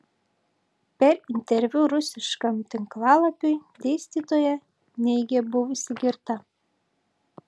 per interviu rusiškam tinklalapiui dėstytoja neigė buvusi girta